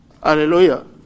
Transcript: Hallelujah